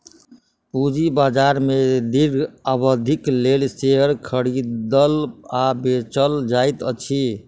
पूंजी बाजार में दीर्घ अवधिक लेल शेयर खरीदल आ बेचल जाइत अछि